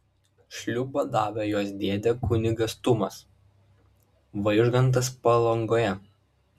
šliūbą davė jos dėdė kunigas tumas vaižgantas palangoje